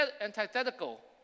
antithetical